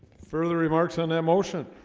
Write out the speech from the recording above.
further remarks on that motion